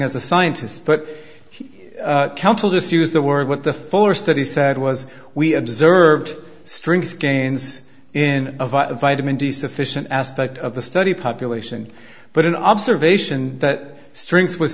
as a scientist but counsel just used the word what the fuller study said was we observed strings gains in the vitamin d sufficient aspect of the study population but an observation that strength was